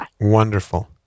Wonderful